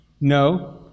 No